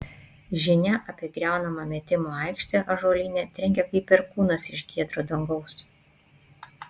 žinia apie griaunamą metimų aikštę ąžuolyne trenkė kaip perkūnas iš giedro dangaus